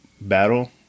battle